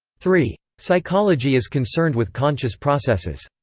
three. psychology is concerned with conscious processes.